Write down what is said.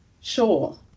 Sure